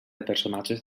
personatges